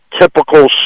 typical